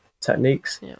techniques